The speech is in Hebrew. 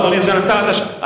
אדוני סגן השר, לא.